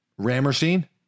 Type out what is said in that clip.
rammerstein